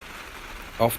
auf